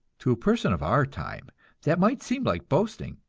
to a person of our time that might seem like boasting,